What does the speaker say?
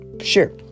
sure